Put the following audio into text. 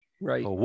Right